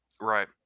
Right